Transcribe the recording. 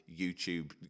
YouTube